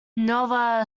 nova